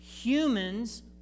humans